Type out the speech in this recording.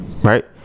right